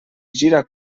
gira